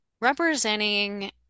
representing